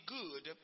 good